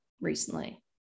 recently